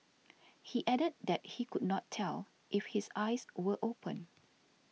he added that he could not tell if his eyes were open